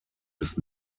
des